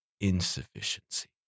insufficiency